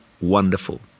wonderful